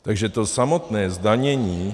Takže to samotné zdanění...